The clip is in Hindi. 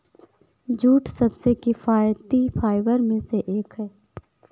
जूट सबसे किफायती फाइबर में से एक है